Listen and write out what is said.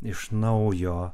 iš naujo